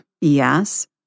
Yes